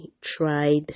tried